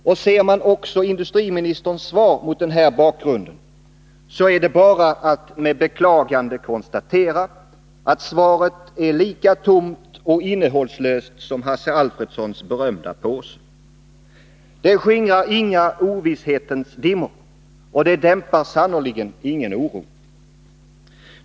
Och ser man också industriministerns svar mot denna bakgrund, så är det bara att med | beklagande konstatera att svaret är lika tomt och innehållslöst som Hasse Alfredsons berömda påse. Det skingrar inga ovisshetens dimmor, det dämpar sannerligen ingen oro.